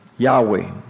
Yahweh